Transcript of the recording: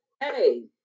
hey